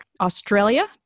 Australia